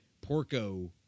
Porco